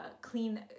clean